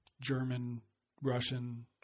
German-Russian